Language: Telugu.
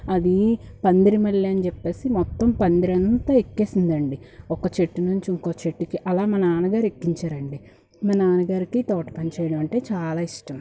ఆది పందిరి మల్లె అని చెప్పేసి మొత్తం పందిరంతా ఎక్కేసిందండి ఒక చెట్టు నుంచి ఇంకో చెట్టుకి అలా మా నాన్నగారు ఎక్కించారండి మా నాన్నగారికి తోటపని చేయడమంటే చాలా ఇష్టం